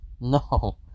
No